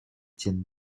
tiennent